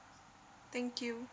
thank you